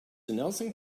nelson